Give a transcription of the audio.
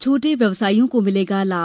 छोटे व्यवसायियों को मिलेगा लाम